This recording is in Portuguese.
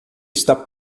está